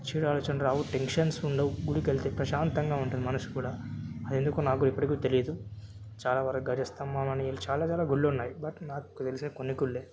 చెడు ఆలోచనలు రావు టెన్షన్స్ ఉండవు గుడికెళ్తే ప్రశాంతంగా ఉంటుంది మనసు కూడా అది ఎందుకో నాకు కూడా ఇప్పటికి కూడా తెలియదు చాలా వరకు గజ స్తంభమని చాలాచాలా గుడులున్నాయీ కానీ బట్ నాకు తెలిసి కొన్ని గుడులే